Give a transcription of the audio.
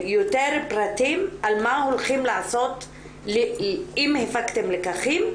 ויותר פרטים, אם הפקתם לקחים,